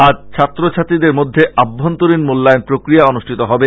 আজ ছাত্র ছাত্রীদের মধ্যে আভ্যন্তরীন মূল্যায়ন প্রক্রিয়া অনুষ্ঠিত হবে